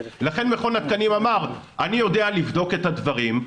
לכן מכון התקנים אמר שהוא יודע לבדוק את הדברים,